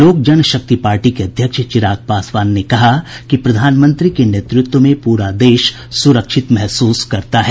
लोक जनशक्ति पार्टी के अध्यक्ष चिराग पासवान ने कहा कि प्रधानमंत्री के नेतृत्व में पूरा देश सुरक्षित महसूस करता है